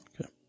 Okay